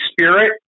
Spirit